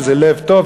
שזה לב טוב,